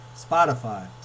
Spotify